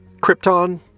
Krypton